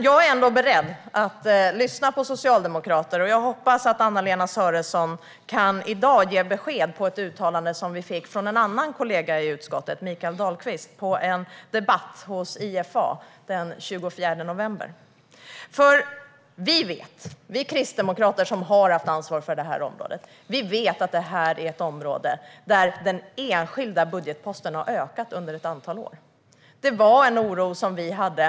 Jag är ändå beredd att lyssna på socialdemokrater och hoppas att Anna-Lena Sörenson i dag kan kommentera ett uttalande från en annan kollega i utskottet, Mikael Dahlqvist, i en debatt hos Ifa den 24 november. Vi kristdemokrater som har haft ansvar för det här området vet att det är ett område där den enskilda budgetposten har ökat under ett antal år. Det var en oro som vi hade.